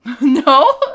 No